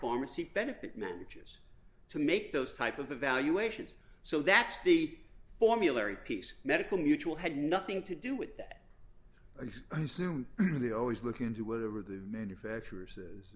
pharmacy benefit manages to make those type of the valuations so that's the formulary piece medical mutual had nothing to do with that or do they always look into whatever the manufacturer says